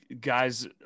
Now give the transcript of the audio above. Guys